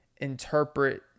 interpret